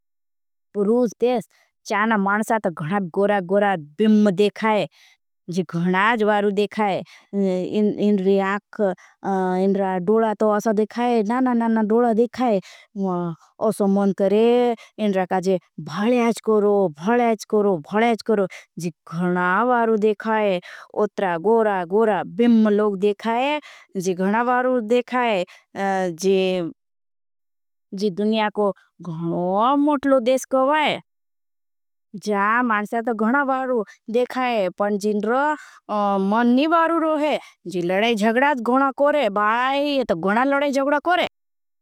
पुरुज देश चाना मान साथ गोरा गोरा बिम देखाए जी गहनाज वारु देखाए। इनरे आख इनरा दोला तो असा देखाए ना ना ना। दोला देखाए असा मौन करे इनरा का जी भळयाज करो भळयाज करो। भळयाज करो जी गहनाज वारु देखाए उत्रा गोरा बिम लोग देखाए जी। गहनाज वारु देखाए जी दुनिया को गहन मतलो देश। कर वै जाह मानस्यात घहन वारू देखाए पन जीन रोह मन नी वारु। रोह है जी लड़ै जगड़ाज गहन करे बाई ये तो गहना लड़ै जगड़ा क।